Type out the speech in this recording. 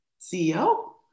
CEO